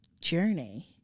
journey